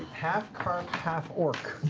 half-carp, half-orc.